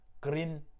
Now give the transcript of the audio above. green